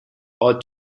ought